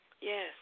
Yes